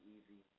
Easy